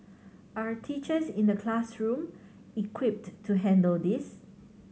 are teachers in the classroom equipped to handle this